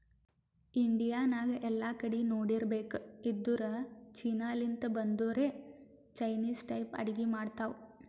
India ನಾಗ್ ಎಲ್ಲಾ ಕಡಿ ನೋಡಿರ್ಬೇಕ್ ಇದ್ದೂರ್ ಚೀನಾ ಲಿಂತ್ ಬಂದೊರೆ ಚೈನಿಸ್ ಟೈಪ್ ಅಡ್ಗಿ ಮಾಡ್ತಾವ್